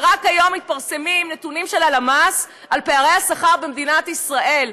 ורק היום מתפרסמים נתונים של הלמ"ס על פערי השכר במדינת ישראל,